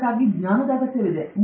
ಇದಕ್ಕಾಗಿ ಜ್ಞಾನದ ಅಗತ್ಯವಿದೆ